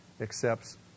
accepts